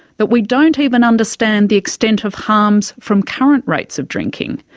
that we don't even understand the extent of harms from current rates of drinking.